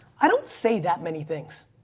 i don't say that many things.